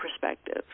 perspective